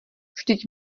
vždyť